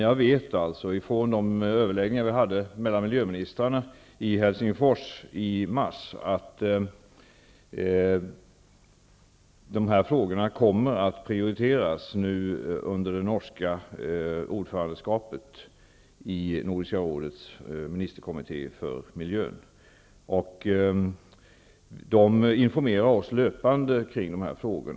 Jag vet -- ifrån överläggningarna mellan miljöministrarna i Helsingfors i mars -- att dessa frågor kommer att prioriteras under det norska ordförandeskapet i Nordiska rådets ministerkommitté för miljön. De informerar oss löpande om dessa frågor.